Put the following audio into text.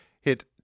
hit